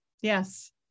Yes